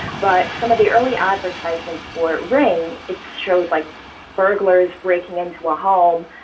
but some of the early advertisments for it ring its shows like burglars breaking into a home.